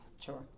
Sure